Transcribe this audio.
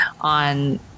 on